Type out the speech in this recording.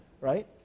right